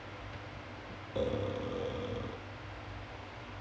uh